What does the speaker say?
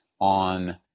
on